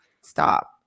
Stop